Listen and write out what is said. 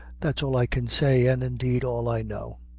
that's all i can say, an' indeed all i know.